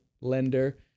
lender